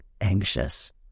anxious